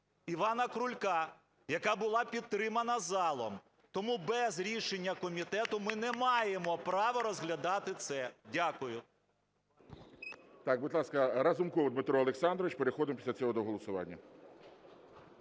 Івана Крулька, яка була підтримана залом, тому без рішення комітету ми не маємо права розглядати це. Дякую. ГОЛОВУЮЧИЙ. Будь ласка, Разумков Дмитро Олександрович. Переходимо після цього до голосування.